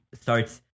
starts